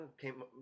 came